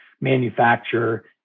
manufacture